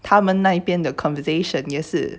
他们那边的 conversation 也是